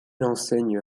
enseigne